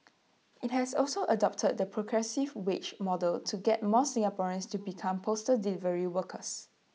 IT has also adopted the progressive wage model to get more Singaporeans to become postal delivery workers